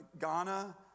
Ghana